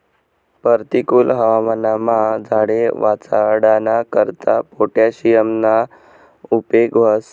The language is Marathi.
परतिकुल हवामानमा झाडे वाचाडाना करता पोटॅशियमना उपेग व्हस